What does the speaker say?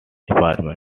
department